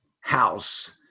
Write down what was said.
house